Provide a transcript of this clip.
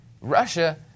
Russia